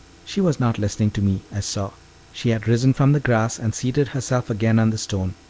she was not listening to me, i saw she had risen from the grass and seated herself again on the stone.